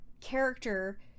character